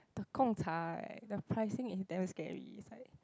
the Gong Cha right the pricing is damn scary is like